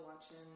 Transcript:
watching